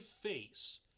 face